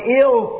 ill